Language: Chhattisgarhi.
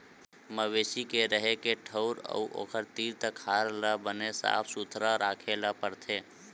मवेशी के रेहे के ठउर अउ ओखर तीर तखार ल बने साफ सुथरा राखे ल परथे